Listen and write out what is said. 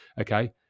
okay